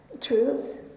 truths